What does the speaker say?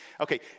Okay